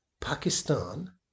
Pakistan